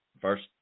first